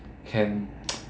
can